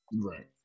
Right